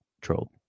Troll